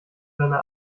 seine